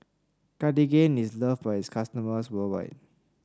Cartigain is loved by its customers worldwide